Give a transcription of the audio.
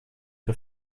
her